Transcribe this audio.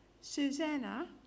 Susanna